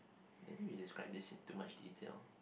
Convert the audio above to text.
maybe we describe this in too much detail